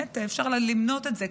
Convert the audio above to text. אפשר למנות את זה,